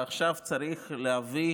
ועכשיו צריך להביא